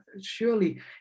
surely